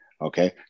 Okay